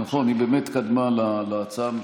נכון, היא באמת קדמה להצעה הממשלתית,